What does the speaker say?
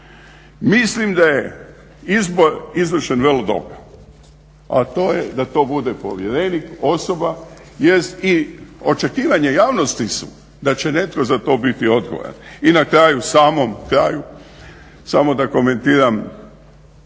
Mislim da je izbor izvršen vrlo dobro, a to je da to bude povjerenik, osoba, jest i očekivanja javnosti su da će netko za to biti odgovoran. I na kraju, samom kraju samo da komentiram